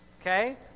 okay